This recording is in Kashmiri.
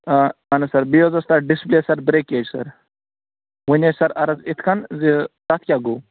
اَہَن حظ سَر بیٚیہِ حظ اوس تَتھ ڈِسپٕلے سَر برٛیکیج سَر وٕنۍ حظ چھِ سر عرض یِتھ کٔنۍ زِ تَتھ کیٛاہ گوٚو